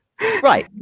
right